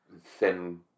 thin